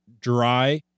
dry